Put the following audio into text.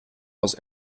was